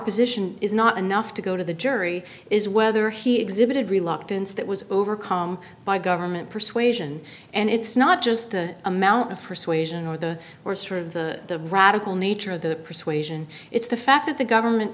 position is not enough to go to the jury is where or he exhibited reluctance that was overcome by government persuasion and it's not just the amount of persuasion or the force or of the radical nature of the persuasion it's the fact that the government